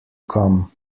come